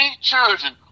children